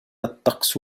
الطقس